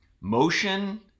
motion